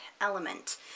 element